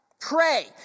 Pray